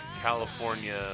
California